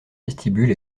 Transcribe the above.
vestibule